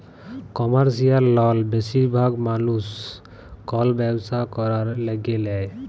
commercial লল বেশিরভাগ মালুস কল ব্যবসা ক্যরার ল্যাগে লেই